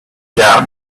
gap